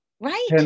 right